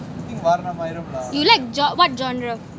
you like gen~ what genre